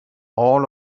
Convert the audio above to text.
all